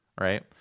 right